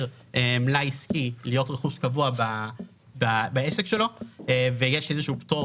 מלאי עסקי להיות רכוש קבוע בעסק שלו ויש איזשהו פטור